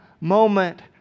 moment